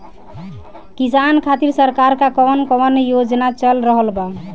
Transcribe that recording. किसान खातिर सरकार क कवन कवन योजना चल रहल बा?